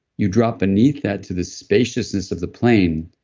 you drop beneath that to the spaciousness of the plane.